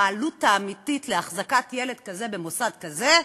העלות האמיתית של החזקת ילד כזה במוסד כזה,